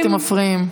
אתם מפריעים.